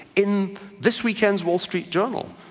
in this weekend's wall street journal,